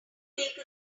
make